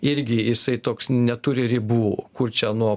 irgi jisai toks neturi ribų kur čia nuo